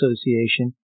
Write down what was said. Association